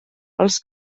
els